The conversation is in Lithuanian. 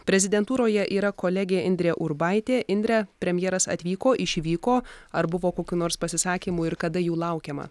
prezidentūroje yra kolegė indrė urbaitė indre premjeras atvyko išvyko ar buvo kokių nors pasisakymų ir kada jų laukiama